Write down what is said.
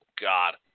God